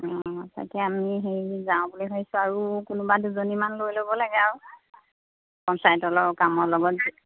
অঁ তাকে আমি হেৰি যাওঁ বুলি ভাবিছোঁ আৰু কোনোবা দুজনীমান লৈ ল'ব লাগে আৰু পঞ্চায়তৰ কামৰ লগত